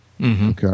Okay